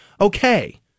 Okay